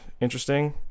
interesting